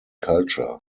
culture